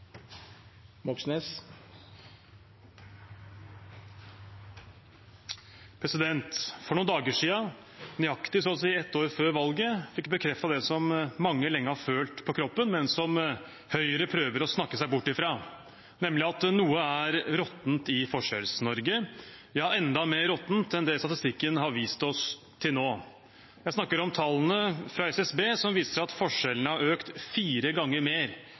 det som mange lenge har følt på kroppen, men som Høyre prøver å snakke seg bort fra, nemlig at noe er råttent i Forskjells-Norge – ja, enda mer råttent enn det statistikken har vist oss til nå. Jeg snakker om tallene fra SSB, som viser at forskjellene har økt fire ganger mer